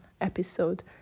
episode